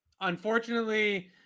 Unfortunately